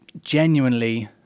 genuinely